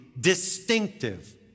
distinctive